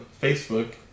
Facebook